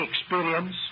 experience